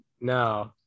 No